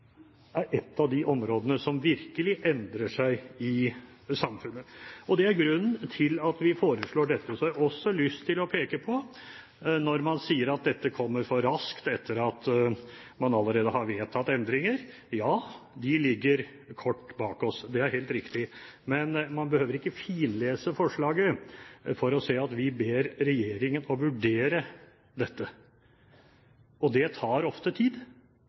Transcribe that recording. er et av de områdene som virkelig endrer seg i samfunnet. Det er grunnen til at vi foreslår dette. Så har jeg også lyst til å peke på én ting når man sier at dette kommer for raskt etter at man allerede har vedtatt endringer: Ja, de ligger kort tid bak oss – det er helt riktig. Men man behøver ikke finlese forslaget for å se at vi ber regjeringen om å vurdere dette. Det tar ofte tid